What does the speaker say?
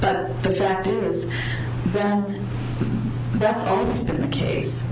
but the fact is then that's always been the case